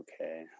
okay